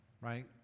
right